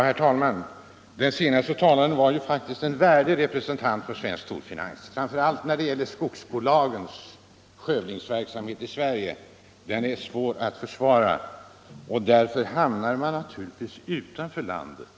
Herr talman! Den senaste talaren var faktiskt en värdig representant för svensk storfinans, framför allt när det gäller skogsbolagens skövlingsverksamhet i Sverige. Den är svår att försvara, och därför hamnar man naturligtvis utanför landet.